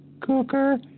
COOKER